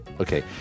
Okay